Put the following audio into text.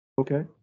Okay